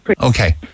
Okay